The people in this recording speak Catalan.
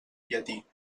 llatí